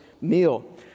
meal